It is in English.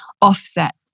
Offset